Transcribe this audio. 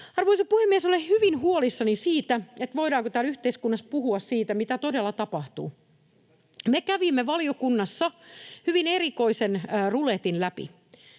Arvoisa puhemies! Olen hyvin huolissani, voidaanko täällä yhteiskunnassa puhua siitä, mitä todella tapahtuu. Me kävimme valiokunnassa hyvin erikoisen ruletin läpi.